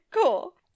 cool